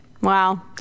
Wow